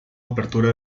apertura